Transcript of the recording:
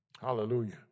hallelujah